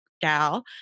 gal